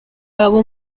abo